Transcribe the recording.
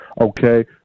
okay